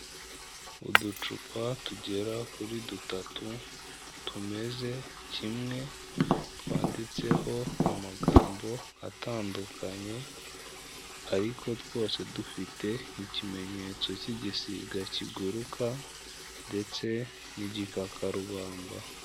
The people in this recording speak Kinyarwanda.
Uducupa tugera kuri dutatu tumeze kimwe, twanditseho amagambo atandukanye ariko twose dufite ikimenyetso cy'igisiga kiguruka ndetse n'igikakarubamba.